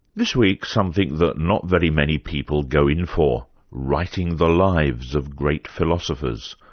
this week, something that not very many people go in for writing the lives of great philosophers.